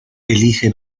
elige